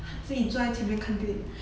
自己坐在前面看电影